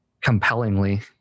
compellingly